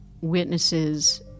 witnesses